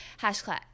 Hashtag